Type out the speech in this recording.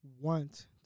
want